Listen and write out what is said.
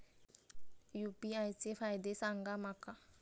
UPI चे फायदे सांगा माका?